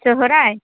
ᱥᱚᱨᱦᱟᱭ